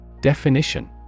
Definition